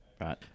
right